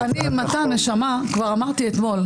כפי שהוקרא בוועדה,